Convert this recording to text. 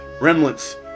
remnants